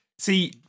See